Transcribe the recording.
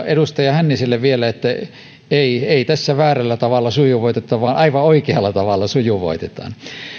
edustaja hänniselle vielä että ei ei tässä väärällä tavalla sujuvoiteta vaan aivan oikealla tavalla sujuvoitetaan